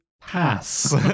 pass